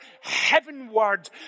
heavenward